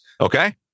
Okay